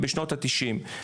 בשנות ה-90'.